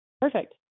Perfect